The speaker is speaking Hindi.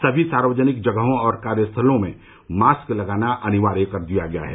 सभी सार्वजनिक जगहों और कार्यस्थलों में मास्क लगाना अनिवार्य कर दिया गया है